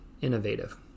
innovative